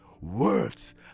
Words